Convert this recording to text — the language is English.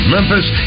Memphis